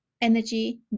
energy